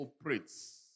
operates